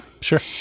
Sure